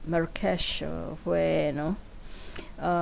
marrakesh or where you know uh